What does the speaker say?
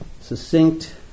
succinct